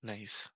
Nice